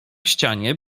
ścianie